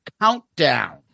Countdown